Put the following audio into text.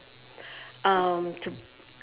um to